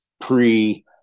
pre